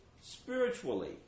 spiritually